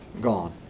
gone